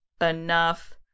enough